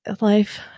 life